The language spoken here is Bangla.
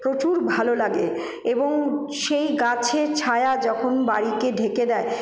প্রচুর ভালো লাগে এবং সেই গাছের ছায়া যখন বাড়িকে ঢেকে দেয়